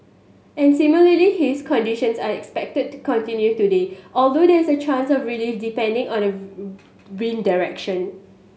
and similar haze conditions are expected to continue today although there is a chance of relief depending on the wind direction